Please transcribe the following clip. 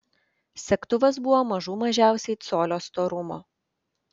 segtuvas buvo mažų mažiausiai colio storumo